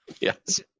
yes